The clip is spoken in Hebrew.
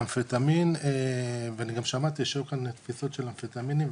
ואמפטמין גם שמעתי שהיו כאן תפיסות של אמפטמינים.